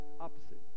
opposite